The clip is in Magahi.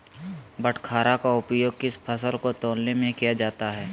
बाटखरा का उपयोग किस फसल को तौलने में किया जाता है?